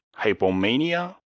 hypomania